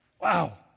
Wow